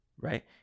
right